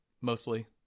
mostly